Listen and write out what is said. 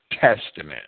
Testament